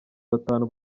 batanu